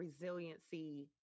resiliency